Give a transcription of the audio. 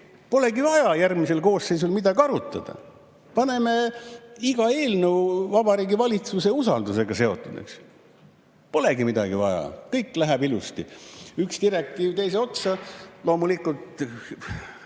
polegi vaja järgmisel koosseisul midagi arutada. Paneme iga eelnõu Vabariigi Valitsuse usaldusega seotuks. Polegi midagi vaja, kõik läheb ilusti, üks direktiiv teise otsa, loomulikult